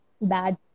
bad